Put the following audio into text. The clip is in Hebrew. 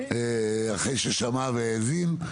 אחרי ששמע והבין,